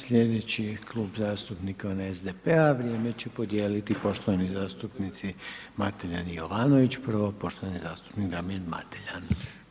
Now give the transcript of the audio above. Sljedeći Klub zastupnika je onaj SDP-a, vrijeme će podijeliti poštovani zastupnici Mateljan Jovanović, prvo poštovani zastupnik Damir Mateljan.